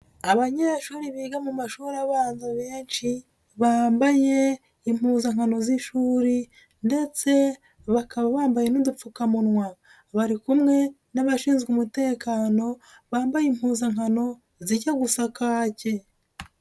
Abanyeshuri biga mu mashuri abanza benshi bambaye impuzankano z'ishuri ndetse bakaba bambaye n'udupfukamunwa, bari kumwe n'abashinzwe umutekano bambaye impuzankano zijya gusa kake.